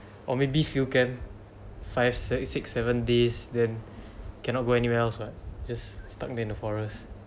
or maybe few can five six six seven days then cannot go anywhere else what just stuck in the forest